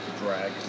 drag